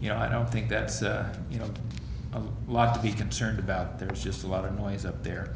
you know i don't think that's you know a lot to be concerned about there's just a lot of noise up there